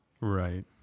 Right